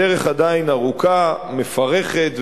הדרך עדיין ארוכה ומפרכת,